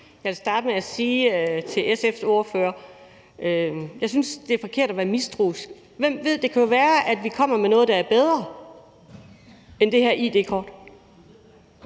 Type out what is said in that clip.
Jeg vil starte med at sige til SF's ordfører, at jeg synes, det er forkert at være mistroisk. Hvem ved? Det kan jo være, at vi kommer med noget, der er bedre end det her id-kort.